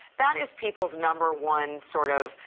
that is people's number one. sort of